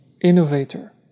innovator